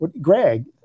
Greg